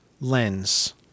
lens